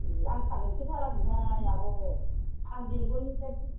ए आं थांफेरथाराखैहाय आब' आं बेंगलनिफ्राय